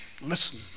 listen